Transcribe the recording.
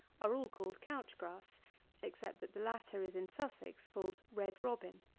are all called couch-grass except that the latter is, in sussex, called red robin.